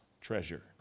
treasure